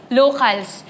locals